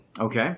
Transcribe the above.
Okay